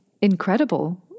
incredible